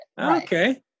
Okay